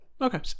Okay